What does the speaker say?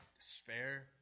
despair